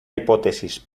hipótesis